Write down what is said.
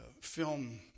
film